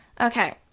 Okay